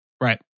right